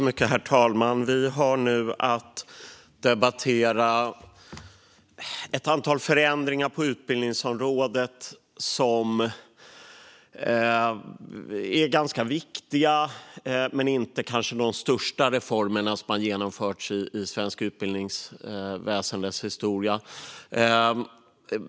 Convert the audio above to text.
Herr talman! Vi ska nu debattera ett antal förändringar på utbildningsområdet som är ganska viktiga, men det är kanske inte de största reformerna som har genomförts i det svenska utbildningsväsendets historia.